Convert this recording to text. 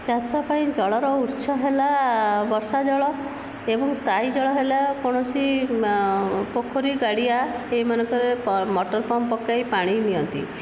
ଚାଷ ପାଇଁ ଜଳର ଉତ୍ସ ହେଲା ବର୍ଷା ଜଳ ଏବଂ ସ୍ଥାୟୀ ଜଳ ହେଲା କୌଣସି ପୋଖରୀ ଗାଡ଼ିଆ ଏହିମାନଙ୍କରେ ମୋଟର ପମ୍ପ ପକାଇ ପାଣି ନିଅନ୍ତି